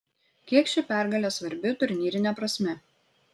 kiek ši pergalė svarbi turnyrine prasme